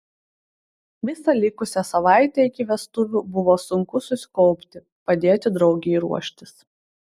visą likusią savaitę iki vestuvių buvo sunku susikaupti padėti draugei ruoštis